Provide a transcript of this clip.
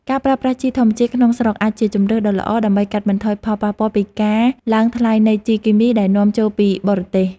ការប្រើប្រាស់ជីធម្មជាតិក្នុងស្រុកអាចជាជម្រើសដ៏ល្អដើម្បីកាត់បន្ថយផលប៉ះពាល់ពីការឡើងថ្លៃនៃជីគីមីដែលនាំចូលពីបរទេស។